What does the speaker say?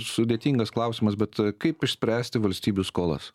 sudėtingas klausimas bet kaip išspręsti valstybių skolas